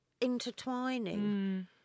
intertwining